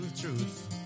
truth